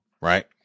Right